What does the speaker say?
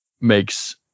makes